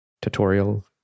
tutorial